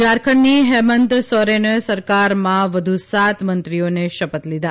ઝારખંડની હેમંત સોરેન સરકારમાં વધુ સાત મંત્રીઓએ શપથ લીધા